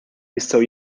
jistgħu